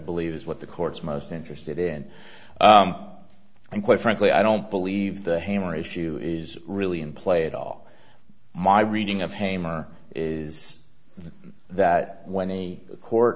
believe is what the court's most interested in and quite frankly i don't believe the hammer issue is really in play at all my reading of haim are is that when a court